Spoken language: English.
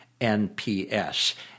NPS